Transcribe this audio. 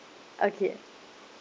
okay